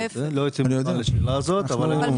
28